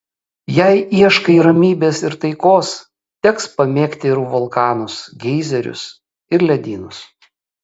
jei ieškai ramybės ir taikos teks pamėgti ir vulkanus geizerius ir ledynus